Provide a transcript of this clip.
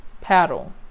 Paddle